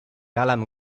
alarm